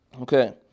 Okay